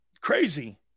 crazy